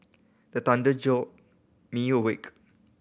the thunder jolt me awake